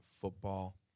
football